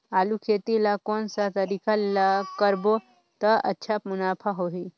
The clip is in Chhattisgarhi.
आलू खेती ला कोन सा तरीका ले करबो त अच्छा मुनाफा होही?